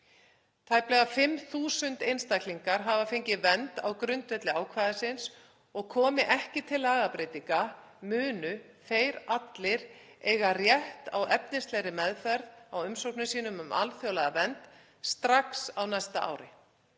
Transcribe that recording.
ára. Tæplega 5.000 einstaklingar hafa fengið vernd á grundvelli ákvæðisins og komi ekki til lagabreytinga munu þeir allir eiga rétt á efnislegri meðferð á umsóknum sínum um alþjóðlega vernd strax á næsta ári.